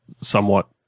somewhat